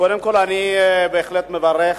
קודם כול, אני בהחלט מברך